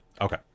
Okay